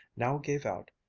now gave out,